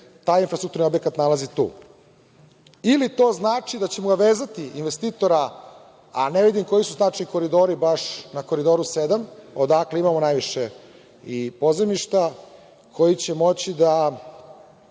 taj infrastrukturni objekat nalazi tu. Ili to znači da ćemo ga vezati, investitora, a ne vidim koji su naši koridori baš na Koridoru 7, odakle imamo najviše i pozajmišta koji će moći i